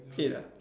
eight ah